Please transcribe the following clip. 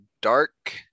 Dark